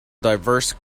diverse